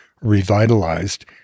revitalized